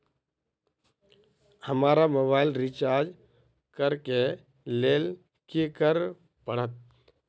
हमरा mobile recharge करऽ केँ लेल की करऽ पड़त?